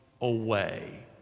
away